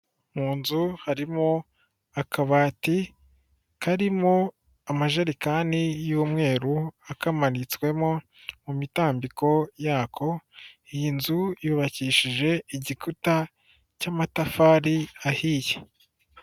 Mu nzu harimo akabati karimo amajerekani y'umweru akamanitswemo, mu mitambiko yako, iyi nzu yubakishije igikuta cy'amatafari ahiye.